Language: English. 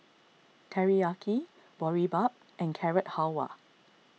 Teriyaki Boribap and Carrot Halwa